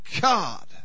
God